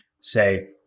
say